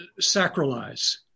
sacralize